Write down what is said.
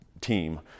team